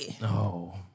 No